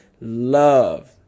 love